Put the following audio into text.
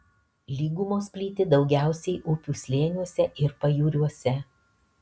lygumos plyti daugiausiai upių slėniuose ir pajūriuose